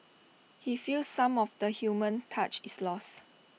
he feels some of the human touch is lost